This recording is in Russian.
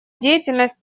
деятельность